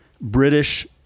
British